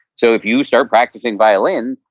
so if you start practicing violin,